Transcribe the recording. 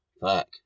fuck